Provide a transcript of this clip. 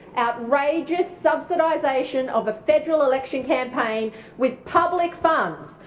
outrageous subsidisation of a federal election campaign with public funds.